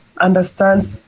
understands